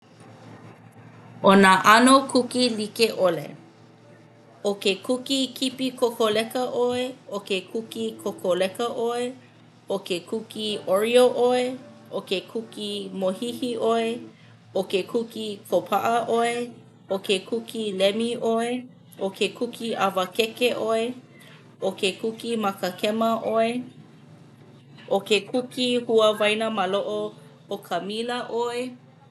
ʻO nā ʻano kuki like ʻole. ʻO ke kuki kipi kokoleka ʻoe, ʻo ke kuki kokoleka ʻoe, ʻo ke kuki oreo ʻoe, ʻo ke kuki mōhihi ʻoe, ʻo ke kuki kōpaʻa ʻoe, ʻo ke kuki lemi ʻoe, ʻo ke kuki ʻawakeke ʻoe, ʻo ke kuki makakema ʻoe, ʻo ke kuki hua waina māloʻo ʻokamila ʻoe.